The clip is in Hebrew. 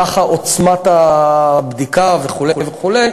כמספר הכוכבים ככה עוצמת הבדיקה, וכו' וכו'.